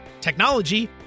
technology